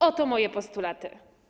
Oto moje postulaty.